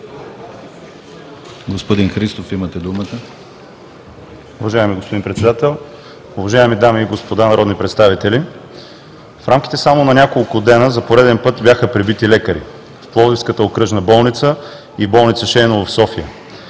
господин Христов, имате думата. ПЛАМЕН ХРИСТОВ (Воля): Уважаеми господин Председател, уважаеми дами и господа народни представители! В рамките само на няколко дни за пореден път бяха пребити лекари – в Пловдивската окръжна болница и в болница „Шейново“ в София.